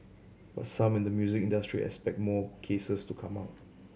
but some in the music industry expect more cases to come out